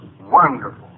Wonderful